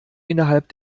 innerhalb